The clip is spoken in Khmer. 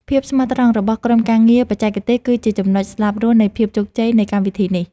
ភាពស្មោះត្រង់របស់ក្រុមការងារបច្ចេកទេសគឺជាចំណុចស្លាប់រស់នៃភាពជោគជ័យនៃកម្មវិធីនេះ។